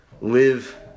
live